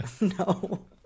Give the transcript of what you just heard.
no